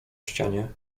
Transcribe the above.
ścianie